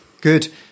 Good